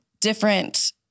different